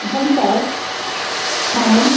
बुंनायसाय मामोन